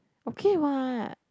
okay what